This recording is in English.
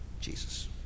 Jesus